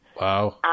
Wow